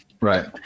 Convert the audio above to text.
right